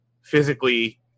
physically